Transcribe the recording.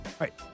right